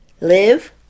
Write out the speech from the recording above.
live